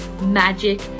magic